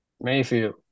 mayfield